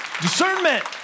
discernment